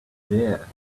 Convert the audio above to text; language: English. there